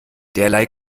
derlei